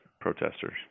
protesters